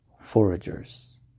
foragers